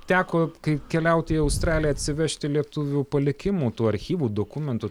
teko kaip keliauti į australiją atsivežti lietuvių palikimų tų archyvų dokumentų